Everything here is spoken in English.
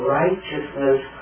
righteousness